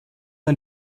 ein